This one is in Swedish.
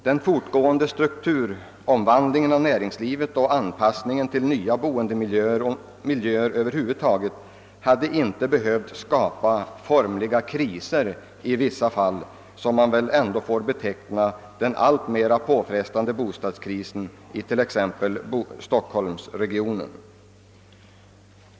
Den fortgående strukturomvandlingen av näringslivet och anpassningen till nya boendemiljöer och miljöer över huvud taget hade inte behövt skapa formliga kriser i vissa fall, som man väl ändå får beteckna den alltmera påfrestande bostadskrisen i t.ex. stockholmsregionen.